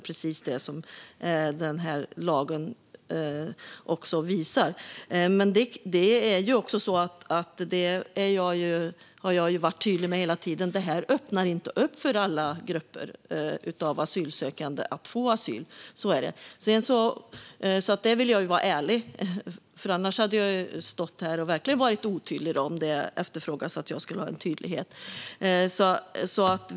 Jag har hela tiden varit tydlig med att det här inte öppnar upp för alla grupper av asylsökande att få asyl. Så är det. Där vill jag vara ärlig, annars hade jag ju stått här och verkligen varit otydlig - om nu tydlighet efterfrågas.